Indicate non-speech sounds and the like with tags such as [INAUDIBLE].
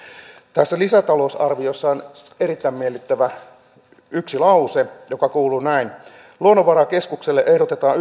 tässä lisätalousarviossa on yksi erittäin miellyttävä lause joka kuuluu näin luonnonvarakeskukselle ehdotetaan [UNINTELLIGIBLE]